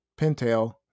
Pintail